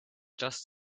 just